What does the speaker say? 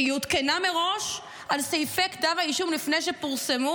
שהיא עודכנה מראש על סעיפי כתב האישום לפני שפורסמו?